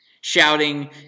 shouting